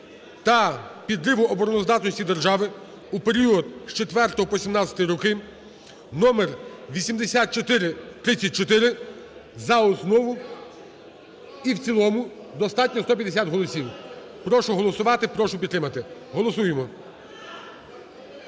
та підриву обороноздатності держави у період з 4 по 17 роки (№ 8434) за основу і в цілому. Достатньо 150 голосів. Прошу голосувати. Прошу підтримати. Голосуємо